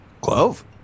Clove